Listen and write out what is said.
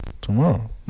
tomorrow